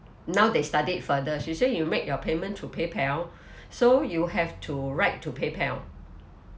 now they studied further she say you make your payment through paypal so you have to write to paypal